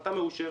החלטה מאושרת,